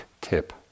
tip